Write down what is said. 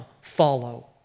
follow